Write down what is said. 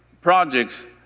projects